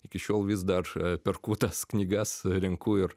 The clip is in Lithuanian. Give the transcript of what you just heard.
iki šiol vis dar perku tas knygas renku ir